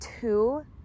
two